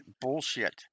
bullshit